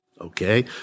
okay